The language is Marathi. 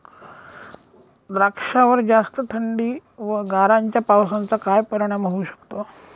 द्राक्षावर जास्त थंडी व गारांच्या पावसाचा काय परिणाम होऊ शकतो?